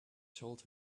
told